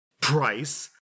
Price